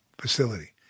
facility